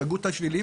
סגרו את השבילים